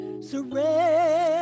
surrender